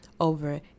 over